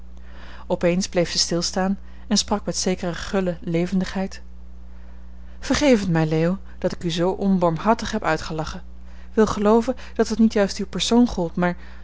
eens bleef zij stilstaan en sprak met zekere gulle levendigheid vergeef het mij leo dat ik u zoo onbarmhartig heb uitgelachen wil gelooven dat het niet juist uw persoon gold maar